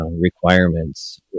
requirements